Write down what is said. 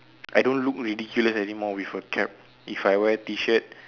I don't look ridiculous anymore with a cap if i wear t shirt